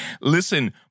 Listen